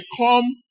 come